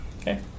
Okay